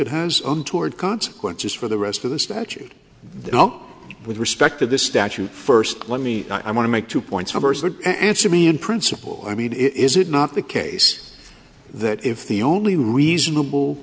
it has untoward consequences for the rest of the statute though with respect to this statute first let me i want to make two points answer me in principle i mean is it not the case that if the only reasonable